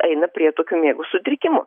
eina prie tokių miego sutrikimų